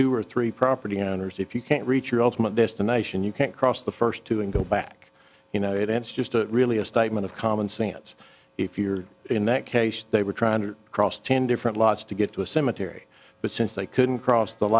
two or three property owners if you can't reach your ultimate destination you can't cross the first two and go back you know it ends just a really a statement of common sense if you're in that case they were trying to cross ten different lots to get to a cemetery but since they couldn't cross the